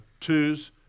twos